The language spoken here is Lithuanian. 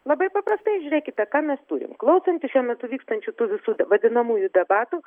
labai paprastai žiūrėkite ką mes turim klausantis šiuo metu vykstančių tų visų vadinamųjų debatų